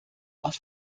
auf